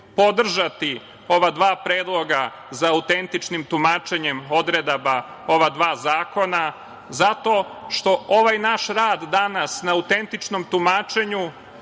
podržati ova dva predloga za autentičnim tumačenjem odredaba ova dva zakona zato što ovaj naš rad danas na autentičnom tumačenju